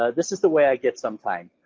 ah this is the way i get sometime,